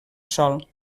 sol